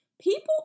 People